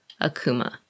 Akuma